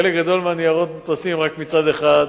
חלק גדול מהניירות מודפסים רק מצד אחד.